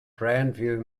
grandview